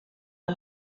the